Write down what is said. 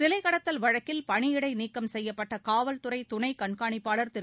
சிலை கடத்தல் வழக்கில் பணியிடை நீக்கம் செய்யப்பட்ட காவல்துறை துணை கண்காணிப்பாளர் திரு